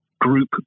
group